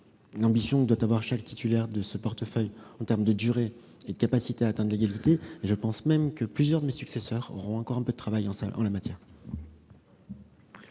l'ambition que doit avoir chaque titulaire de ce portefeuille en termes de durée et de capacité à atteindre l'égalité entre les femmes et les hommes. Je pense même que plusieurs de mes successeurs auront encore un peu de travail en la matière.